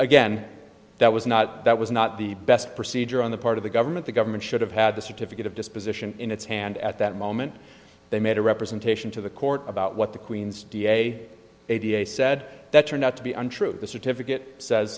again that was not that was not the best procedure on the part of the government the government should have had the certificate of disposition in its hand at that moment they made a representation to the court about what the queen's da da said that turned out to be untrue the certificate says